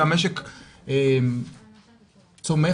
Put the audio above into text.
שהמשק צומח,